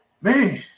Man